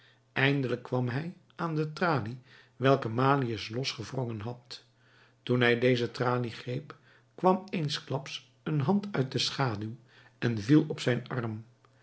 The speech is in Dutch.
eindelijk kwam hij aan de tralie welke marius losgewrongen had toen hij deze tralie greep kwam eensklaps een hand uit de schaduw en viel op zijn arm